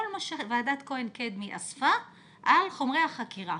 כל מה שוועדת כהן-קדמי אספה על חומרי החקירה.